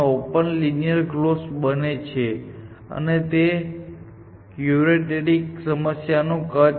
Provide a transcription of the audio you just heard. open linear close બને છે અને તે ક્યુઆદરેટીક સમસ્યાનું કદ છે